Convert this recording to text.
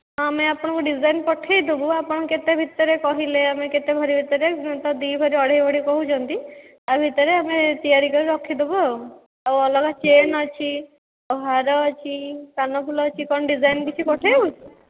ଆମେ ଆପଣଙ୍କୁ ଡ଼ିଜାଇନ୍ ପଠାଇଦେବୁ ଆପଣ କେତେ ଭିତରେ କହିଲେ ଆମେ କେତେ ଭରି ଭିତରେ ଦୁଇ ଭରି ଅଢ଼େଇ ଭରି କହୁଛନ୍ତି ତା ଭିତରେ ଆମେ ତିଆରି କରି ରଖିଦେବୁ ଆଉ ଆଉ ଅଲଗା ଚେନ୍ ଅଛି ଆଉ ହାର ଅଛି କାନଫୁଲ ଅଛି କ'ଣ ଡିଜାଇନ୍ କିଛି ପଠାଇବୁ କି